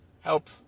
help